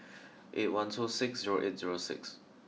eight one two six zero eight zero six